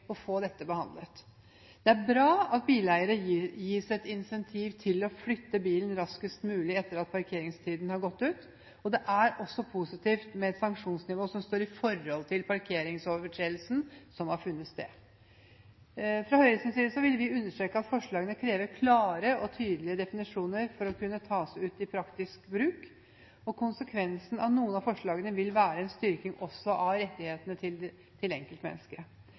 få dette behandlet. Det er bra at bileiere gis et insentiv til å flytte bilen raskest mulig etter at parkeringstiden har gått ut. Det er også positivt med et sanksjonsnivå som står i forhold til parkeringsovertredelsen som har funnet sted. Fra Høyres side vil vi understreke at forslagene krever klare og tydelige definisjoner for å kunne tas ut i praktisk bruk. Konsekvensen av noen av forslagene vil være en styrking av rettighetene til enkeltmennesket. Vi vil også understreke at forflytningshemmedes parkeringsbehov bør tas spesielle hensyn til